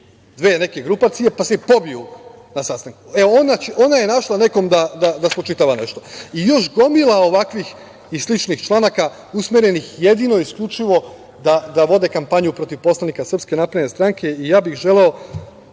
dve grupacije, pa se pobiju na sastanku! E, ona je našla nekome da spočitava nešto. I još gomila ovakvih i sličnih članaka, usmerenih jedino i isključivo da vode kampanju protiv poslanika SNS.Ja bih želeo,